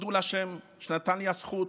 הודו לה' שנתן לי הזכות,